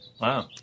Wow